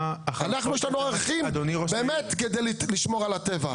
אנחנו יש לנו ערכים באמת על מנת לשמור על הטבע.